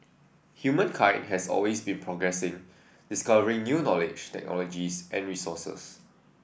humankind has always been progressing discovering new knowledge technologies and resources